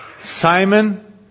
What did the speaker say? Simon